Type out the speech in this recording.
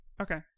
okay